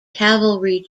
calvary